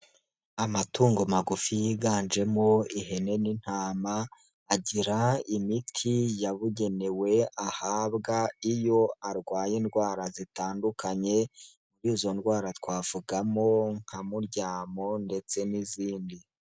Amatungo magufi yiganjemo ihene n'intama, agira imiti yabugenewe ahabwa iyo arwaye indwara zitandukanye, muri izo ndwara twavugamo nka Muryamo ndetse n'izindi.